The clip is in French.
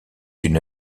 une